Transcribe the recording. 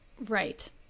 Right